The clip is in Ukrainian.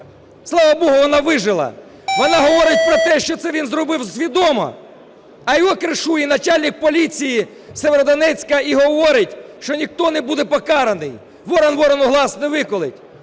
слава Богу, вона вижила. Вона говорить про те, що це він зробив свідомо, а його кришує начальник поліції Сєвєродонецька і говорить, що ніхто не буде покараний. Ворон ворону глаз не виколе.